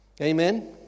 Amen